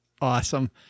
Awesome